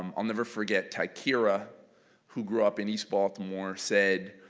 um i'll never forget tykera who grew up in east baltimore said,